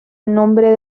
nombre